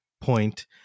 point